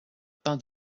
pin